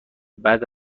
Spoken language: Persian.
بعد